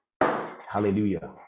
Hallelujah